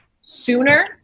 sooner